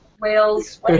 Whales